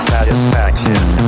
Satisfaction